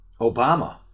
Obama